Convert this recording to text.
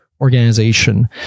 organization